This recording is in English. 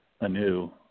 anew